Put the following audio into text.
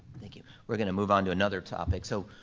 thank you. we're gonna move on to another topic. so,